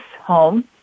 home